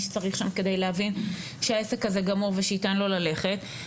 שצריך שם כדי להבין שהעסק הזה גמור ושייתן לו ללכת,